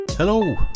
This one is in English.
Hello